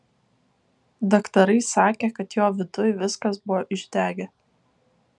daktarai sakė kad jo viduj viskas buvo išdegę